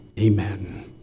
Amen